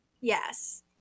Yes